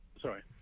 Sorry